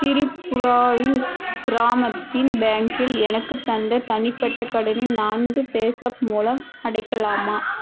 திரிபுராவின் கிராமத்தின் பேங்கில் எனக்குத் தந்த தனிப்பட்ட கடனை நான்கு பேஸாப் மூலம் அடைக்கலாமா